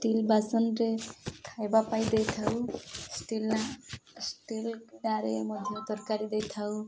steel ବାସନରେ ଖାଇବା ପାଇଁ ଦେଇଥାଉ ଷ୍ଟିଲ୍ ଷ୍ଟିଲ୍ ମଧ୍ୟ ତରକାରୀ ଦେଇଥାଉ